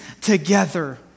together